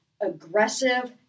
aggressive